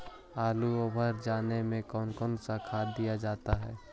आलू ओवर जाने में कौन कौन सा खाद दिया जाता है?